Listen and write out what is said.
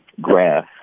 graph